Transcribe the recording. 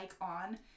on